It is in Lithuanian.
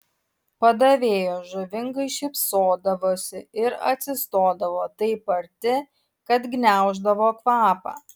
padavėjos žavingai šypsodavosi ir atsistodavo taip arti kad gniauždavo kvapą